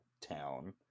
town